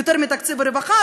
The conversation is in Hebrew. יותר מתקציב הרווחה.